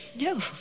No